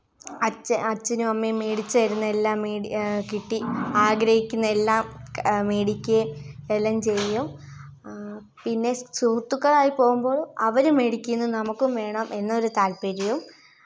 അച്ഛൻ അച്ഛനും അമ്മേം മേടിച്ചു തരുന്ന എല്ലാം മേടിച്ച് കിട്ടി ആഗ്രഹിക്കുന്ന എല്ലാം മേടിയ്ക്കേം എല്ലാം ചെയ്യും പിന്നെ സുഹൃത്തുകളായി പോകുമ്പോൾ അവർ മേടിക്കുന്നത് നമുക്കും വേണം എന്നൊരു താല്പര്യോം